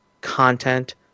content